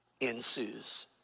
ensues